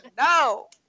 No